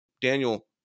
Daniel